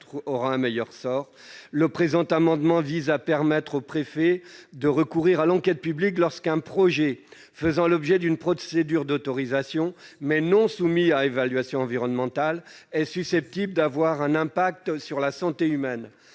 sort meilleur ... Cet amendement vise à permettre au préfet de recourir à l'enquête publique lorsqu'un projet faisant l'objet d'une procédure d'autorisation, mais n'étant pas soumis à évaluation environnementale, est susceptible d'avoir un impact sur la santé humaine.